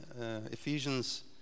Ephesians